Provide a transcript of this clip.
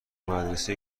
مدرسه